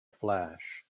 flash